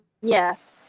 Yes